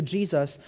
Jesus